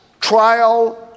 trial